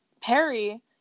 Perry